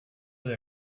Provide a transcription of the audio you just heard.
they